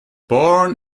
born